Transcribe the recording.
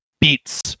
beats